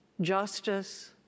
justice